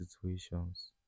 situations